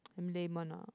lame one ah